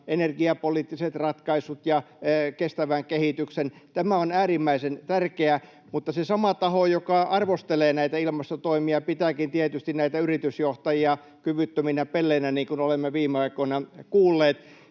energiapoliittiset ratkaisut ja kestävän kehityksen. Tämä on äärimmäisen tärkeää. Mutta se sama taho, joka arvostelee näitä ilmastotoimia, pitääkin tietysti näitä yritysjohtajia kyvyttöminä pelleinä, niin kuin olemme viime aikoina kuulleet.